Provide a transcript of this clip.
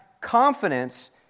confidence